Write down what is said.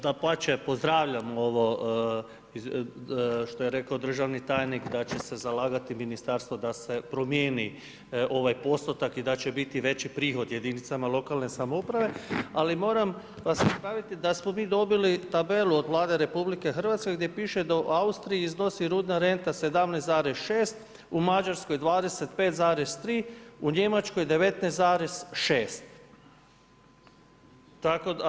Dapače, pozdravljam ovo što je rekao državni tajnik da će se zalagati ministarstvo da se promijeni ovaj postotak i da će biti veći prihod jedinicama lokalne samouprave, ali moram vas ispraviti da smo mi dobili tabelu od Vlade RH gdje piše da u Austriji iznosi rudna renta 17,6, u Mađarskoj 25,3, u Njemačkoj 19,6.